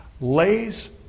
lays